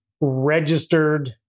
registered